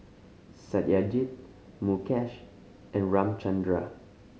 Satyajit Mukesh and Ramchundra